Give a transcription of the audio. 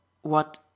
What